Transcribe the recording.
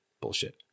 Bullshit